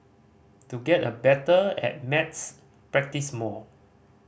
to get a better at maths practise more